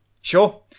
Sure